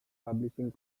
publishing